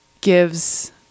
gives